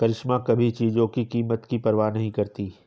करिश्मा कभी चीजों की कीमत की परवाह नहीं करती